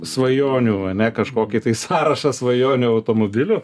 svajonių a ne kažkokį tai sąrašą svajonių automobilių